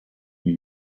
new